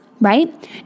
right